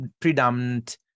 predominant